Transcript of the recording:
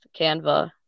Canva